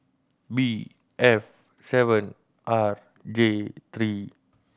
B F seven R J three